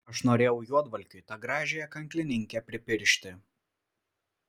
aš norėjau juodvalkiui tą gražiąją kanklininkę pripiršti